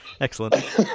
Excellent